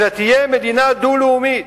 אלא תהיה מדינה דו-לאומית.